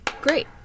Great